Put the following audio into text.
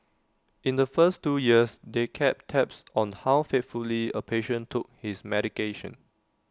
in the first two years they kept tabs on how faithfully A patient took his medication